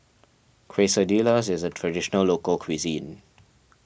Quesadillas is a Traditional Local Cuisine